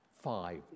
five